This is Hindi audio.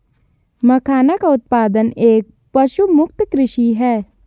मखाना का उत्पादन एक पशुमुक्त कृषि है